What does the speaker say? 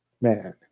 Man